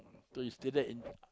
so you stay there in